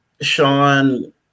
Sean